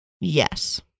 Yes